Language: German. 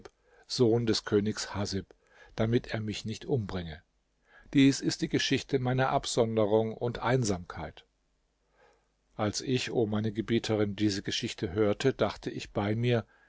sohn des königs haßib damit er mich nicht umbringe dies ist die geschichte meiner absonderung und einsamkeit als ich o meine gebieterin diese geschichte hörte dachte ich bei mir